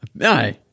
Aye